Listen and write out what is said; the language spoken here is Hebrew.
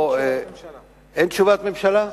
אין תשובת ממשלה.